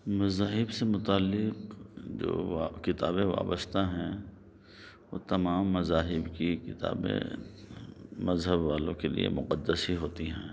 مذاہب سے متعلق جو وہ کتابیں وابستہ ہیں وہ تمام مذاہب کی کتابیں مذہب والوں کے لیے مقدس ہی ہوتی ہیں